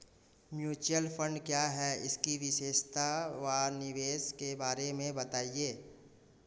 Mutual fund क्या है इसकी विशेषता व निवेश के बारे में बताइये?